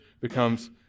becomes